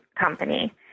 company